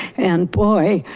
and boy,